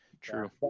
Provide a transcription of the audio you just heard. True